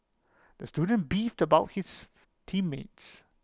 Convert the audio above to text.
the student beefed about his team mates